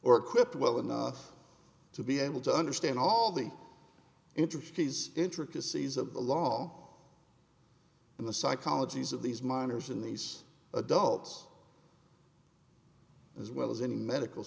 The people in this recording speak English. or equipped well enough to be able to understand all the interest he's intricacies of the law and the psychologies of these miners in these adults as well as any medical